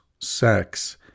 sex